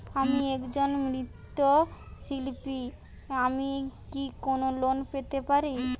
আমি একজন মৃৎ শিল্পী আমি কি কোন লোন পেতে পারি?